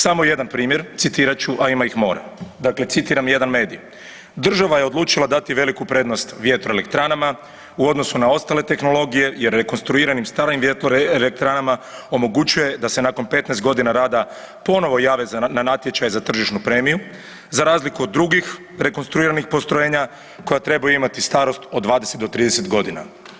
Samo jedan primjer, citirat ću, a ime ih more, dakle citiram jedan medij, država je odlučila dati veliku prednost vjetroelektranama, u odnosu na ostale tehnologije jer je rekonstruiranim starim vjetroelektranama omogućuje da se nakon 15 godina rada ponovo jave na natječaj za tržišnu premiju, za razliku od drugih rekonstruiranih postrojenja koja trebaju imati starost od 20 do 30 godina.